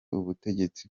ubutegetsi